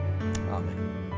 Amen